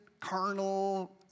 carnal